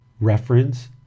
reference